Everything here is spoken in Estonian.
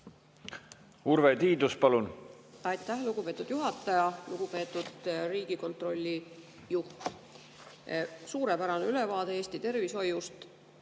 Urve Tiidus, palun! Aitäh, lugupeetud juhataja! Lugupeetud Riigikontrolli juht! Suurepärane ülevaade Eesti tervishoiust.